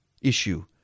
issue